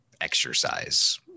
exercise